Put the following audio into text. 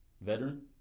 veteran